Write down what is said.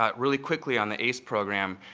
ah really quickly on the ace program.